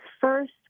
first